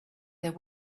there